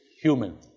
human